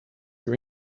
her